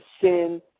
sin